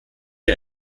der